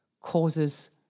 causes